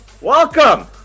welcome